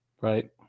Right